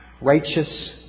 righteous